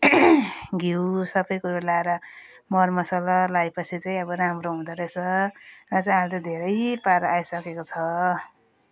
घिउ सबै कुरो लाएर मरमसला लाएपछि चाहिँ अब राम्रो हुँदोरहेछ अझै अहिले त धेरै पारा आइसकेको छ